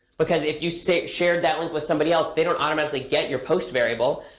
because if you say shared that link with somebody else, they don't automatically get your post variable.